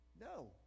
No